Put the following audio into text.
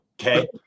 Okay